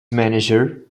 manager